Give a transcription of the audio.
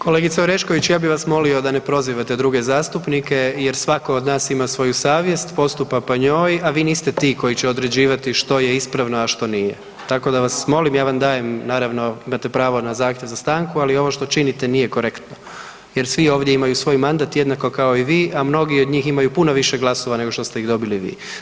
Kolegice Orešković, ja bih vas molio da ne prozivate druge zastupnike jer svatko od nas ima svoju savjest, postupa po njoj, a vi niste ti koji će određivati što je ispravno, a što nije, tako da vas molim, ja vam dajem naravno, imate pravo na zahtjev za stanku, ali ovo što činite nije korektno jer svi ovdje imaju svoj mandat, jednako kao i vi, a mnogi od njih imaju puno više glasova nego što ste ih dobili vi.